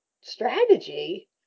strategy